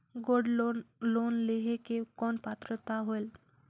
Gold loan लेहे के कौन पात्रता होएल?